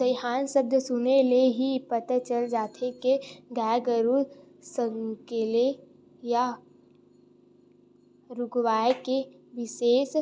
दईहान सब्द सुने ले ही पता चल जाथे के गाय गरूवा सकेला या रूकवाए के बिसेस